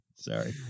Sorry